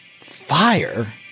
fire